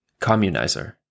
communizer